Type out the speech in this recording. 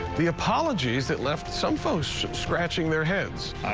the apologies that left some folks scratching their heads.